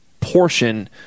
portion